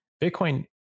Bitcoin